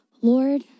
Lord